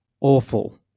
awful